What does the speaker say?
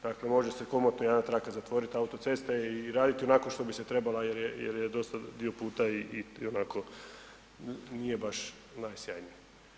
Dakle može se komotno jedna traka zatvoriti autoceste i raditi ionako što bi se trebala jer je dosta dio puta ionako nije baš najsjajnije.